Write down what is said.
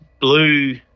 blue